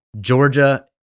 Georgia